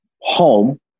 home